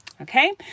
okay